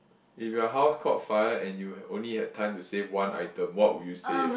if your house caught fire and you only had time to save one item what would you save